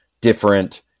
different